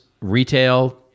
retail